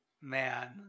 man